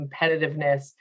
competitiveness